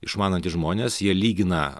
išmanantys žmonės jie lygina